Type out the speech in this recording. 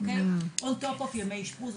און טופ אוף ימי אשפוז,